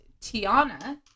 Tiana